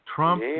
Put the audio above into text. Trump